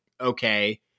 okay